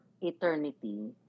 eternity